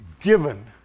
given